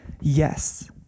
yes